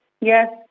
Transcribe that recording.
Yes